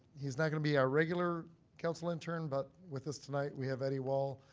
he's not gonna be our regular council intern, but with us tonight we have eddie wahl.